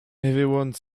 everyone